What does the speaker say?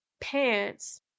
pants